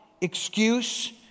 excuse